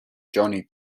johnny